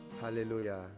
Hallelujah